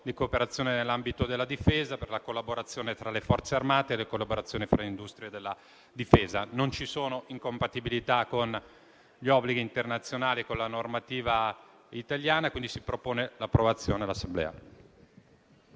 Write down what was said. di cooperazione nell'ambito della difesa per la collaborazione tra le Forze armate e tra industrie della difesa. Non ci sono incompatibilità con gli obblighi internazionali e con la normativa italiana e se ne propone quindi l'approvazione all'Assemblea.